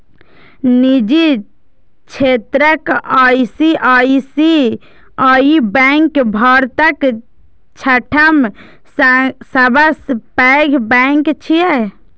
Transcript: निजी क्षेत्रक ICICI bank भारतक छठम सबसं पैघ बैंक छियै